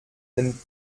den